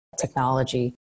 technology